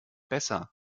besser